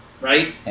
right